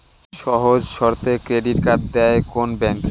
সহজ শর্তে credit card দেয় কোন ব্যাংক?